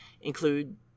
include